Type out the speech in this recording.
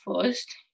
first